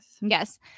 Yes